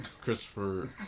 Christopher